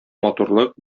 матурлык